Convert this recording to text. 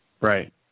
Right